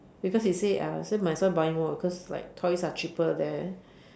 because he say uh so might as well buying more because like toys are cheaper there